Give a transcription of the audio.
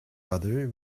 other